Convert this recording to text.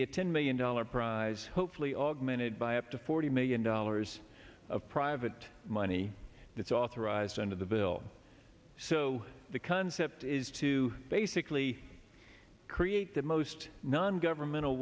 be a ten million dollars prize hopefully augmented by up to forty million dollars of private money that's authorized under the bill so the concept is to basically create the most non governmental